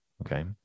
Okay